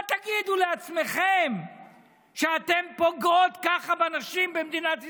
מה תגידו לעצמכן כשאתן פוגעות ככה בנשים במדינת ישראל,